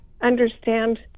understand